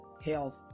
health